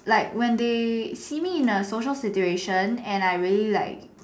like when they see me in a social situation and I really like